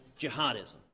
jihadism